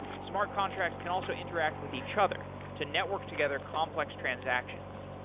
smart contracts can also interact with each other to network together complex transactions.